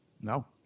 No